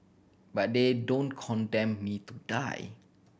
but they don't condemn me to die